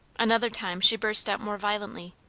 another time she burst out more violently.